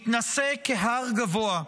מתנשא כהר גבוה,